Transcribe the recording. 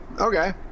Okay